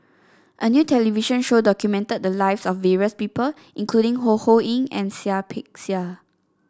a new television show documented the lives of various people including Ho Ho Ying and Seah Peck Seah